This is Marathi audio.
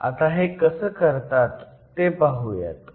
आता हे कसं करतात ते पाहुयात